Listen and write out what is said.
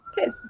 Okay